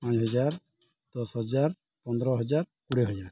ପାଞ୍ଚ ହଜାର ଦଶ ହଜାର ପନ୍ଦର ହଜାର କୋଡ଼ିଏ ହଜାର